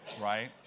right